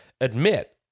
admit